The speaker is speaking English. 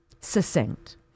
succinct